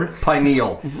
Pineal